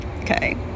Okay